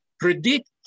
predict